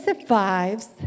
survives